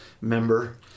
member